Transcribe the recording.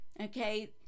okay